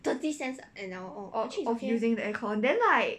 of using the aircon then like